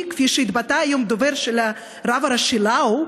יהודי, כפי שהתבטא היום דובר של הרב הראשי לאו,